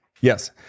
Yes